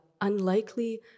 Unlikely